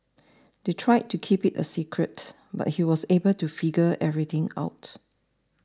they tried to keep it a secret but he was able to figure everything out